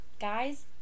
Guys